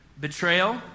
Betrayal